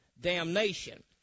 damnation